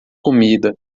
comida